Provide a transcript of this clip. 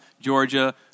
Georgia